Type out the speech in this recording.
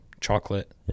chocolate